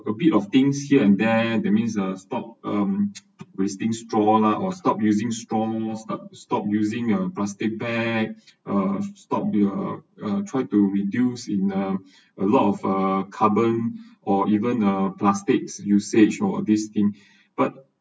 a bit of things here and there that means stop um wasting stroll lah or stop using stroll stop using uh plastic bags uh stop the uh try to reduce in uh a lot of uh carbon or even uh plastics usage or these things but